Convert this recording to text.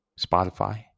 Spotify